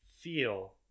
feel